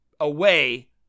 away